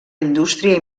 indústria